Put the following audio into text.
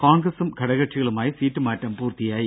കോൺഗ്രസും ഘടകകക്ഷികളുമായി സീറ്റ് മാറ്റം പൂർത്തിയായി